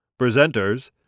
Presenters